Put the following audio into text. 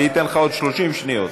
אני אתן לך עוד 30 שניות.